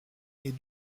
est